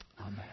Amen